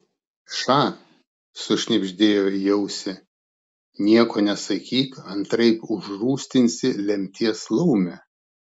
ša sušnibždėjo į ausį nieko nesakyk antraip užrūstinsi lemties laumę